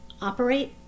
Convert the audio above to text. operate